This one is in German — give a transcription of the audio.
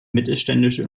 mittelständische